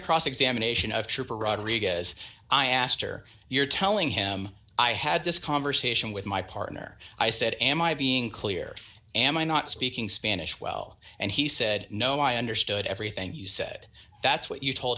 cross examination of trooper rodriguez i asked or you're telling him i had this conversation with my partner i said am i being clear am i not speaking spanish well and he said no i understood everything he said that's what you told